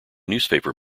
newspaper